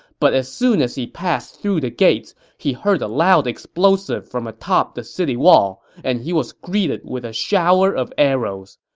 but as soon as he passed through the gates, he heard a loud explosive from atop the city wall, and he was greeted with a shower of arrows.